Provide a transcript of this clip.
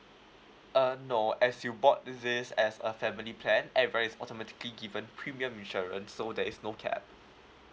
uh no as you bought this as a family plan everything is automatically given premium insurance so there is no cap